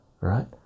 right